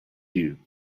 you